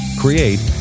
create